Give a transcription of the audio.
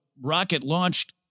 rocket-launched